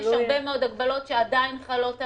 יש הרבה הגבלות שעדין חלות עליהם,